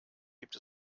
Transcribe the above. gibt